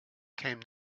came